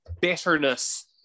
bitterness